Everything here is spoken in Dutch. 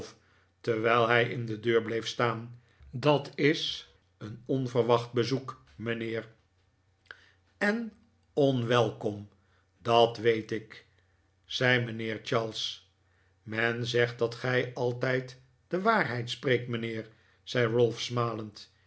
terwijl hij in de deur bleef staan dat is een onverwacht bezoek mijnheer en onwelkom dat weet ik zei mijnlieer charles men zegt dat gij altijd de waarheid spreekt mijnheer zei